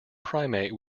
primate